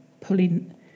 pulling